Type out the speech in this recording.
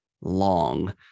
long